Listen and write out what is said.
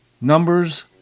numbers